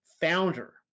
founder